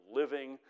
living